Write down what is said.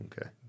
Okay